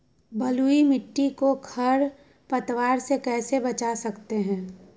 बलुई मिट्टी को खर पतवार से कैसे बच्चा सकते हैँ?